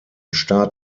start